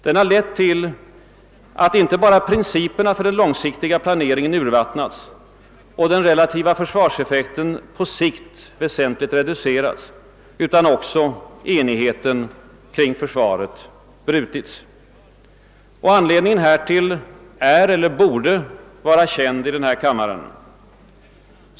Den har lett till att inte bara principerna för den långsiktiga planeringen har urvattnats och till att den relativa försvarseffekten på sikt väsentligt reducerats utan också till att enigheten kring försvarets brutits. Anledningen härtill är eller borde vara känd i denna kammare.